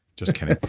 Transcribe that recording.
just kidding.